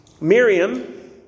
Miriam